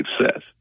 success